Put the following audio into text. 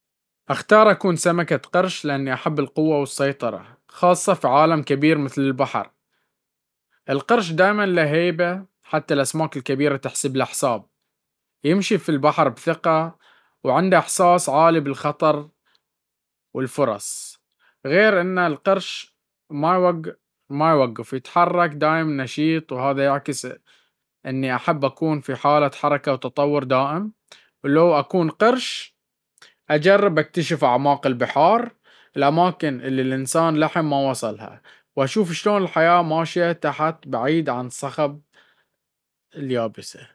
أختار أكون سمكة قرش، لأني أحب القوة والسيطرة، خاصة في عالم كبير مثل البحر. القرش دايم له هيبة، حتى الأسماك الكبيرة تحسب له حساب. يمشي في البحر بثقة، وعنده إحساس عالي بالخطر والفرص. غير إن القرش ما يوقف يتحرك، دايم نشيط، وهذا يعكس إني أحب أكون في حالة حركة وتطور دائم. ولو أكون قرش، أجرب أكتشف أعماق البحر، الأماكن اللي الإنسان للحين ما وصلها. وأشوف شلون الحياة ماشية تحت، بعيد عن صخب اليابسة.